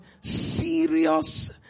serious